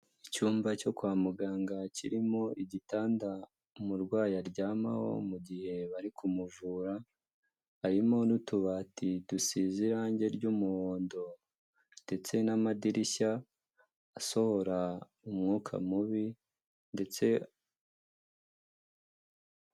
Icyumba cyo kwa muganga kirimo igitanda umurwayi aryamaho mu gihe bari kumuvura, harimo n'utubati dusize irangi ry'umuhondo ndetse n'amadirishya asohora umwuka mubi ndetse.